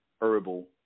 herbal